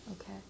Okay